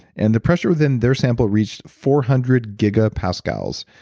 and the pressure within their sample reached four hundred gigapascals,